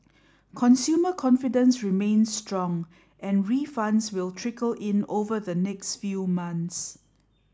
consumer confidence remains strong and refunds will trickle in over the next few months